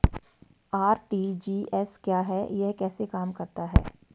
RTGS क्या है यह कैसे काम करता है?